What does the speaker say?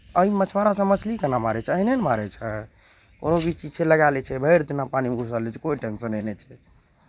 एहिमे मछुआरासभ मछली केना मारै छै अहिने ने मारै छै कोनो भी चीज छै लगाए लै छै भरि दिना पानिमे घुसल रहै छै कोइ टेंसने नहि छै